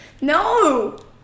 No